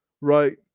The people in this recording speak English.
right